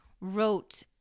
wrote